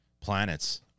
planets